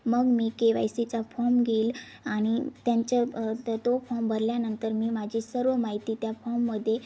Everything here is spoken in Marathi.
मग मी के वाय सीचा फॉम घेईल आणि त्यांच्या तर तो फॉम भरल्यानंतर मी माझी सर्व माहिती त्या फॉममध्ये